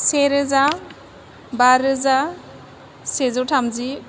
से रोजा बा रोजा सेजौ थामजि